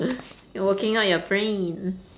you're working out your brain